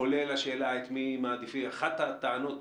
כולל השאלה את מי מעדיפים אחת הטענות,